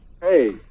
Hey